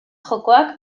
jokoak